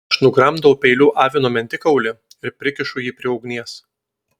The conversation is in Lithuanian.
aš nugramdau peiliu avino mentikaulį ir prikišu jį prie ugnies